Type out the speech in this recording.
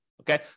Okay